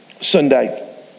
Sunday